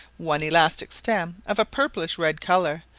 one elastic stem, of a purplish-red colour,